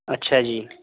ਅੱਛਾ ਜੀ